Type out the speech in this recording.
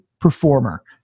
performer